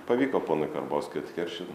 pavyko ponui karbauskiui atkeršyt